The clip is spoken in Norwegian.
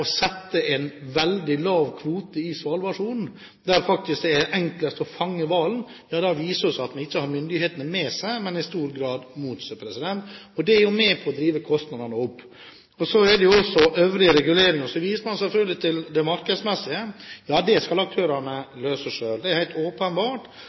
sette en veldig lav kvote i Svalbardsonen, der det faktisk er enklest å fange hvalen, viser det at vi ikke har myndighetene med oss, men i stor grad imot oss. Det er jo med på å drive kostnadene opp. Så er det øvrige reguleringer, og så viser man selvfølgelig til det markedsmessige – ja, at det skal